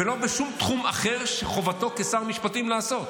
ולא בשום תחום אחר שחובתו כשר משפטים לעשות.